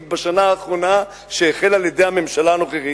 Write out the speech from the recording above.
בשנה האחרונה שהחל על-ידי הממשלה הנוכחית?